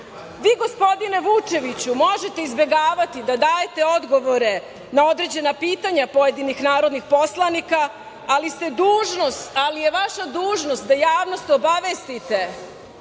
Vi gospodine Vučeviću možete izbegavati da dajete odgovore na određena pitanja pojedinih narodnih poslanika, ali je vaša dužnost da javnost obavestite